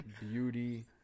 beauty